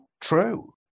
true